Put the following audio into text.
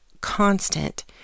constant